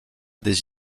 des